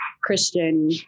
Christian